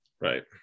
Right